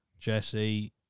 Jesse